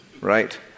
right